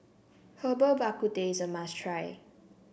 Herbal Bak Ku Teh is a must try